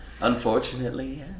Unfortunately